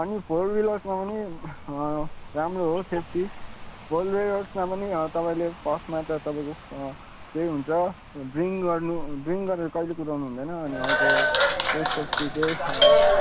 अनि फोर विलर्समा पनि राम्रो हो सेफ्टी फोर विलर्समा पनि तपाईँले फर्स्टमा त तपाईँको त्यही हुन्छ ड्रिङ्क गर्नु ड्रिङ्क गरेर कहिल्यै कुदाउनु हुँदैन अर्को से सेफ्टी चाहिँ